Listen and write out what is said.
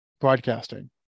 broadcasting